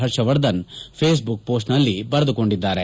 Harshvardhan Facebook ಪೋಸ್ಟ್ನಲ್ಲಿ ಬರೆದುಕೊಂಡಿದ್ದಾರೆ